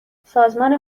سازمان